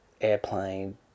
airplane